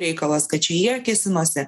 reikalas kad čia jie kėsinosi